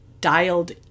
dialed